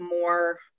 more